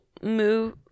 move